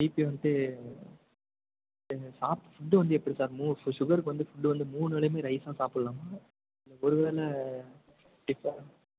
BP வந்ட்டு சாப் food வந்து எப்படி சார் சுகருக்கு வந்து ஃபுட்டு வந்து மூணு வேலையுமே ரைஸாக சாப்பிட்லாமா ஒரு வேள டிபன்